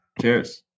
Cheers